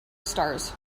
stars